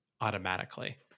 automatically